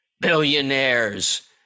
Billionaires